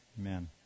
Amen